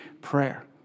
prayer